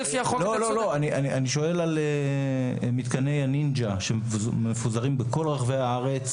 על מתקני הנינג'ה שמפוזרים בכל רחבי הארץ?